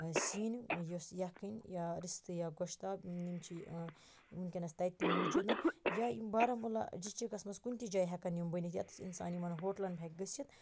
سیِن یۄس یِکھٕنۍ یا رِستہٕ یا گۄشتاب یِم یِم چھِ ونکیٚنَس تَتہِ تہٕ موجود یا یِم بارامُلا ڈِشٹرکَس مَنٛز کُنہِ تہِ جایہِ ہیٚکَن یِم بیٚنِتھ ییٚتَس اِنسان یِمَن ہوٹلَن ہیٚکہِ گٔژھِتھ